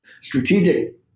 Strategic